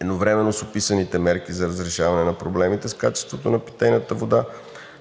Едновременно с описаните мерки за разрешаване на проблемите с качеството на питейната вода